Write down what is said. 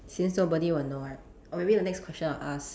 since nobody will know [what] or maybe the next question I'll ask